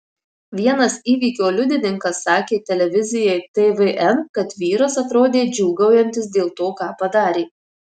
vienas įvykio liudininkas sakė televizijai tvn kad vyras atrodė džiūgaujantis dėl to ką padarė